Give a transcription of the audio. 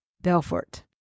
Belfort